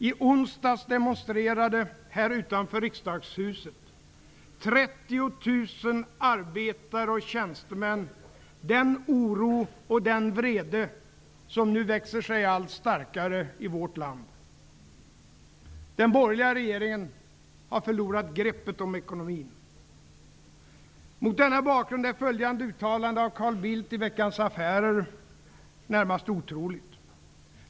I onsdags demonstrerade här utanför Riksdagshuset 30 000 arbetare och tjänstemän den oro och den vrede som nu växer sig allt starkare i vårt land. Den borgerliga regeringen har förlorat greppet om ekonomin. Mot denna bakgrund är ett uttalande av Carl Bildt i Veckans Affärer närmast otroligt.